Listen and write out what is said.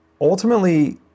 Ultimately